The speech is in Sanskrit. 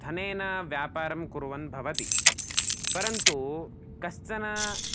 धनेन व्यापारं कुर्वन् भवति परन्तु कश्चन